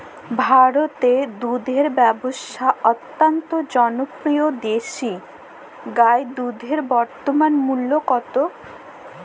ভারতে দুধের ব্যাবসা অত্যন্ত জনপ্রিয় দেশি গাই দুধের বর্তমান মূল্য কত?